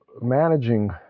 managing